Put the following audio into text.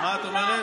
מה את אומרת?